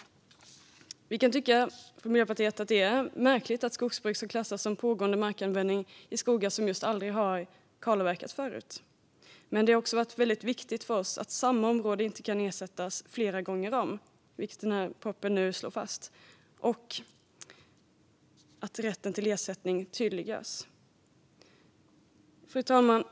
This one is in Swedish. Vi kan från Miljöpartiet tycka att det är märkligt att skogsbruk ska klassas som pågående markanvändning i skogar som aldrig har kalavverkats förut. Men det har också varit väldigt viktigt för oss att samma område inte kan ersättas flera gånger om, vilket den här propositionen nu slår fast, och att rätten till ersättning tydliggörs.